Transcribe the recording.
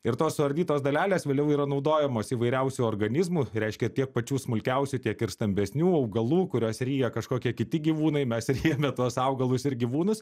ir tos suardytos dalelės vėliau yra naudojamos įvairiausių organizmų reiškia tiek pačių smulkiausių tiek ir stambesnių augalų kuriuos ryja kažkokie kiti gyvūnai mes ryjame tuos augalus ir gyvūnus